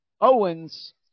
Owens